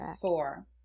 four